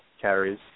carries